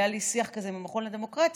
היה לי שיח כזה עם המכון לדמוקרטיה,